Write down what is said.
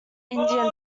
indian